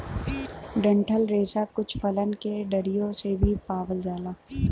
डंठल रेसा कुछ फलन के डरियो से भी पावल जाला